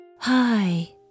Hi